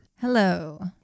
Hello